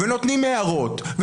נותנים הערות,